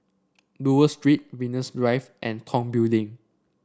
Buroh Street Venus Drive and Tong Building